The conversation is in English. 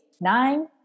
nine